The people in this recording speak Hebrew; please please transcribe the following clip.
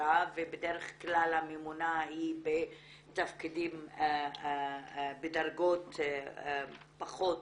החברה ובדרך כלל הממונה היא בתפקידים בדרגות פחות